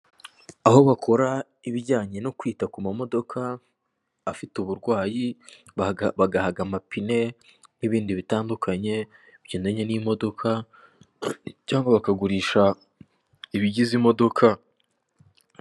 Aho bakora ibijyanye no kwita ku mamodoka afite uburwayi, bagahaga amapine n'ibindi bitandukanye bigendanye n'imodoka cyangwa bakagurisha ibigize imodoka.